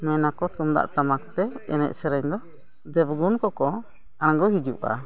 ᱢᱮᱱ ᱟᱠᱚ ᱛᱩᱢᱫᱟᱜ ᱴᱟᱢᱟᱠ ᱛᱮ ᱮᱱᱮᱡ ᱥᱮᱨᱮᱧ ᱫᱚ ᱫᱮᱵ ᱜᱩᱱ ᱠᱚᱠᱚ ᱟᱬᱜᱚ ᱦᱤᱡᱩᱜᱼᱟ